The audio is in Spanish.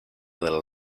del